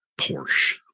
Porsche